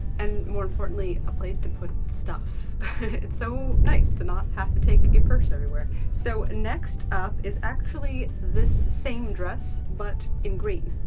and more importantly, a place to put stuff. it's so nice to not have to take a purse everywhere. so, next up is actually this same dress, but in green.